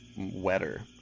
wetter